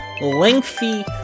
lengthy